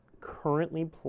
currently